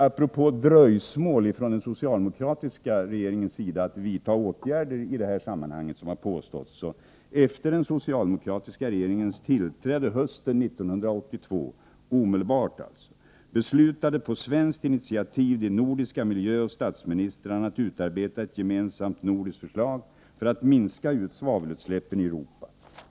Apropå det påstådda dröjsmålet från den socialdemokratiska regeringens sida att vidta åtgärder i detta sammanhang vill jag säga att efter den socialdemokratiska regeringens tillträde hösten 1982 — alltså omedelbart — beslutade på svenskt initiativ de nordiska miljöoch statsministrarna att utarbeta ett gemensamt nordiskt förslag för att minska svavelutsläppen i Europa.